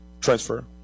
transfer